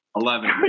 Eleven